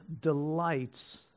delights